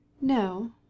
No